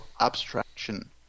abstraction